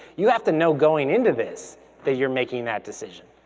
you have to know going into this that you're making that decision.